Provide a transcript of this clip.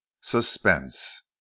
Suspense